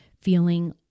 feeling